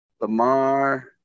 Lamar